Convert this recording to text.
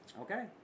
Okay